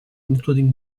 including